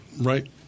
right